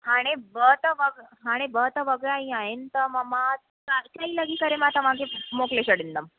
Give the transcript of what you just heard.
हाणे ॿ त हाणे ॿ त वॻा ई आहिनि त मां चारि लॻे करे मां तव्हांखे मोकिले छॾंदमि